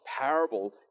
parable